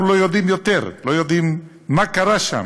אנחנו לא יודעים יותר, לא יודעים מה קרה שם,